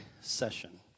session